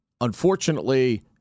unfortunately